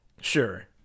Sure